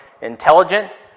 intelligent